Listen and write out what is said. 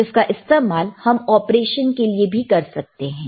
तो इसका इस्तेमाल हम ऑपरेशन के लिए भी कर सकते हैं